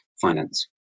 finance